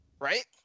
right